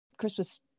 christmas